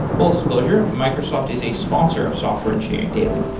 full disclosure microsoft is a sponsor of software engineering daily